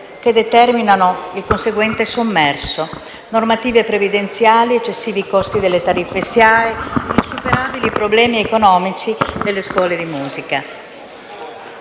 che determinano il conseguente sommerso; le normative previdenziali; gli eccessivi costi delle tariffe Siae e gli insuperabili problemi economici delle scuole di musica.